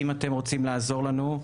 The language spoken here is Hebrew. אם אתם רוצים לעזור לנו,